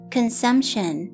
Consumption